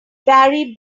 barry